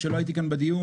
כשלא הייתי כאן בדיון,